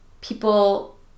people